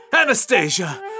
Anastasia